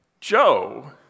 Joe